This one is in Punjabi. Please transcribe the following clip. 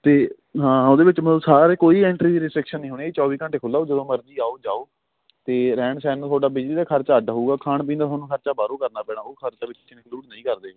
ਅਤੇ ਹਾਂ ਉਹਦੇ ਵਿੱਚ ਮਤਲਬ ਸਾਰਾ ਕੋਈ ਐਂਟਰੀ ਦੀ ਰਿਸਟਿਕਸ਼ਨ ਨਹੀਂ ਹੋਣੀ ਚੌਵੀ ਘੰਟੇ ਖੁੱਲਾ ਹੋਊ ਜਦੋਂ ਮਰਜ਼ੀ ਆਓ ਜਾਓ ਅਤੇ ਰਹਿਣ ਸਹਿਣ ਨੂੰ ਤੁਹਾਡਾ ਬਿਜਲੀ ਦਾ ਖ਼ਰਚਾ ਅੱਡ ਹੋਊਗਾ ਖਾਣ ਪੀਣ ਦਾ ਖ਼ਰਚਾ ਤੁਹਾਨੂੰ ਬਾਹਰੋਂ ਕਰਨਾ ਪੈਣਾ ਉਹ ਖ਼ਰਚਾ ਵਿੱਚ ਇਨਕਲੂਡ ਨਹੀਂ ਕਰਦੇ ਇਹ